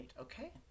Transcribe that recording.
Okay